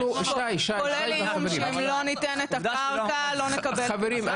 כולל איום שאם לא ניתן את הקרקע לא נקבל --- חברים,